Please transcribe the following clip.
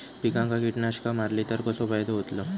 पिकांक कीटकनाशका मारली तर कसो फायदो होतलो?